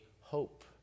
hope